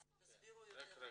רגע,